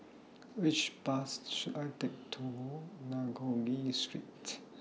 Which Bus should I Take to nagogue Street